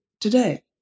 today